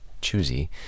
choosy